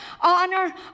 honor